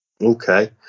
Okay